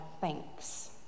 thanks